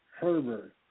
Herbert